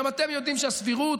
הרי גם אתם יודעים שהסבירות